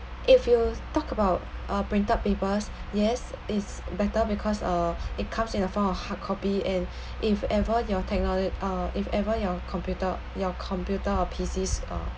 if you talk about uh printed papers yes it's better because uh it comes in the form of hard copy and if ever you're technolo~ uh if ever your computer your computer or P_Cs